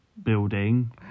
Building